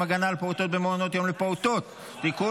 הגנה על פעוטות במעונות יום לפעוטות (תיקון,